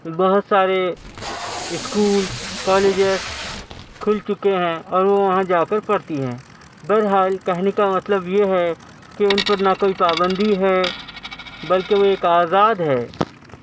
بہت سارے schools colleges کھل چکے ہیں اور وہ وہاں جا کر پڑھتی ہیں بہرحال کہنے کا مطلب یہ ہے کہ ان پر نہ کوئی پابندی ہے بلکہ وہ ایک آزاد ہے